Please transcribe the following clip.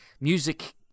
music